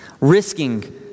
risking